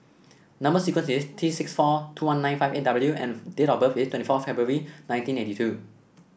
number sequence is T six four two one nine five eight W and date of birth is twenty four February nineteen eighty two